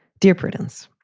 dear prudence.